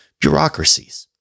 bureaucracies